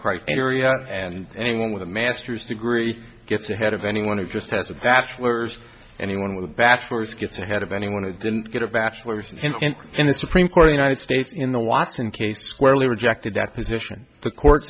criteria and anyone with a master's degree gets ahead of anyone who just has a bachelor's anyone with a bachelor's gets ahead of anyone who didn't get a bachelor's and in the supreme court a united states in the watson case squarely rejected that position the court